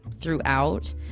throughout